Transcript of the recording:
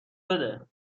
بده